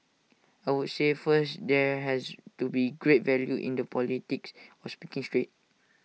I would say first there has to be great value in the politics of speaking straight